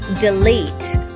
delete